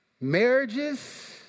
marriages